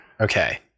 Okay